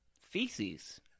feces